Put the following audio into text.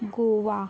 Goa